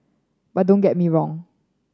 but don't get me wrong